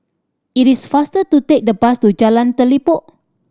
it is faster to take the bus to Jalan Telipok